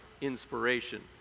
inspiration